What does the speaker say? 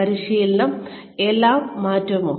പരിശീലനം എല്ലാം മാറ്റുമോ